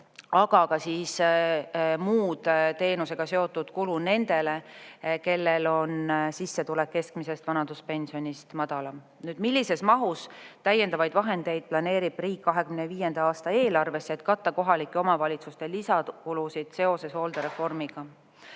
aga ka muud teenusega seotud kulud nendele, kellel on sissetulek keskmisest vanaduspensionist madalam. "Millises mahus täiendavaid vahendeid planeerib riik 2025. aasta eelarvesse, et katta kohalike omavalitsuste lisakulusid seoses hooldereformiga?"